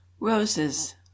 Roses